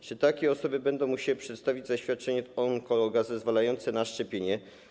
Czy takie osoby będą musiały przedstawić zaświadczenie od onkologa zezwalające na szczepienie?